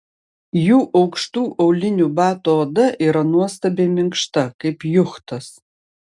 jų aukštų aulinių batų oda yra nuostabiai minkšta kaip juchtas